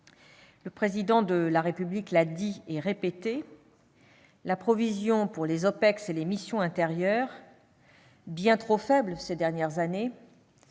Le Président de la République l'a dit et répété, la provision pour les OPEX et les missions intérieures, bien trop faible ces dernières années,